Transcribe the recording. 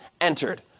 entered